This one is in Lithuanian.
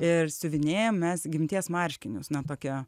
ir siuvinėjam mes gimties marškinius na tokia